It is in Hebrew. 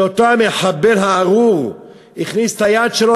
שאותו המחבל הארור הכניס את היד שלו